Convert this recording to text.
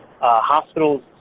hospitals